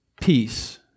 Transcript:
peace